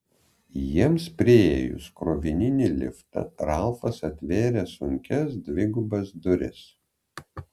jiems priėjus krovininį liftą ralfas atvėrė sunkias dvigubas duris